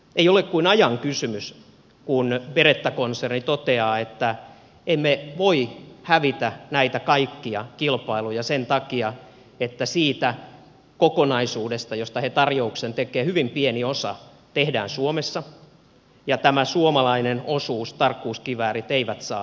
ei ole kuin ajan kysymys kun beretta konserni toteaa että emme voi hävitä näitä kaikkia kilpailuja sen takia että siitä kokonaisuudesta josta he tarjouksen tekevät hyvin pieni osa tehdään suomessa ja tämä suomalainen osuus tarkkuuskiväärit ei saa asevientilupaa